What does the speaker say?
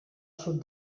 sud